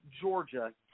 Georgia